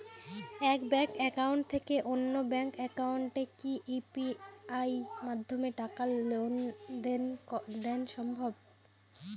এক bank account থেকে অন্য ব্যাংক একাউন্টে কি ইউ.পি.আই মাধ্যমে টাকার লেনদেন দেন সম্ভব?